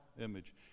image